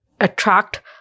attract